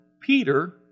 Peter